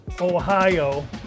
Ohio